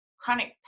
chronic